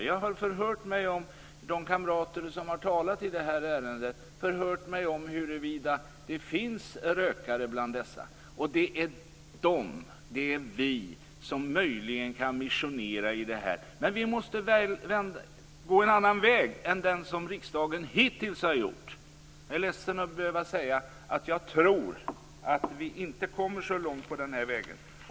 Jag har förhört mig om det finns rökare bland de kamrater som har talat om detta. Det är de som möjligen kan missionera i den här frågan. Men vi måste gå en annan väg än den som riksdagen hittills har gått. Jag är ledsen att behöva säga att jag inte tror att vi kommer så långt på den här vägen.